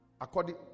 according